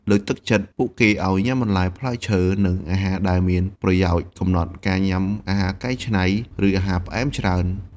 លើកទឹកចិត្តពួកគេឲ្យញ៉ាំបន្លែ ផ្លែឈើ និងអាហារដែលមានប្រយោជន៍។ កំណត់ការញ៉ាំអាហារកែច្នៃ ឬអាហារផ្អែមច្រើនពេក។